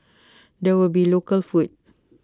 there will be local food